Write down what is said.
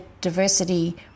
diversity